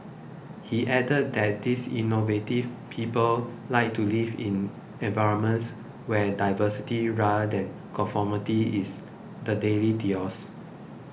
he added that these innovative people like to live in environments where diversity rather than conformity is the daily ethos